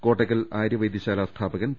കോട്ട ക്ക ൽ ആര്യ വൈദ്യ ശാല സ്ഥാപകൻ പി